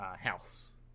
house